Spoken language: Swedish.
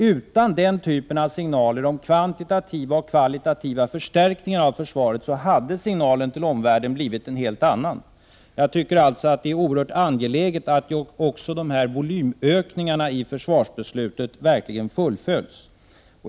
Utan den typen av kvantitativa och kvalitativa förstärkningar av försvaret hade signalen till omvärlden blivit en helt annan. Jag tycker alltså det är oerhört angeläget att också volymökningarna i försvarsbeslutet verkligen fullföljs.